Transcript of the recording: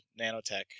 nanotech